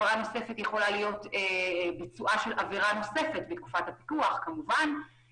הפרה נוספת יכולה להיות ביצועה של עבירה נוספת בתקופת הפיקוח ולבסוף,